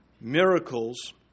Miracles